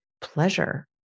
pleasure